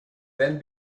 then